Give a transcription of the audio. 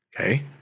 Okay